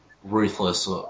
ruthless